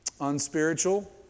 Unspiritual